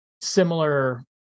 similar